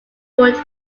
wood